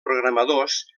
programadors